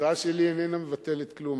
ההצעה שלי איננה מבטלת כלום.